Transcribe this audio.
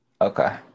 Okay